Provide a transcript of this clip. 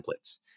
templates